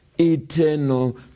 eternal